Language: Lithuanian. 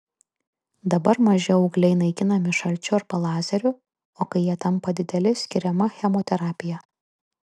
dabar maži augliai naikinami šalčiu arba lazeriu o kai jie tampa dideli skiriama chemoterapija